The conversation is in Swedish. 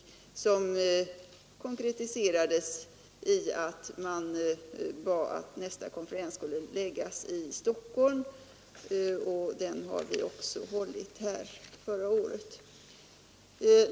Det intresset konkretiserades i önskemålet att nästa konferens skulle läggas i Stockholm, och den har vi också hållit här förra året.